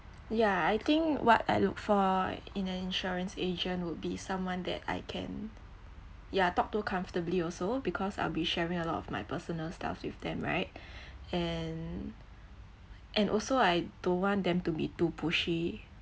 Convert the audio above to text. yeah I think what I look for in an insurance agent would be someone that I can yeah talk to comfortably also because I'll be sharing a lot of my personal stuff with them right and and also I don't want them to be too pushy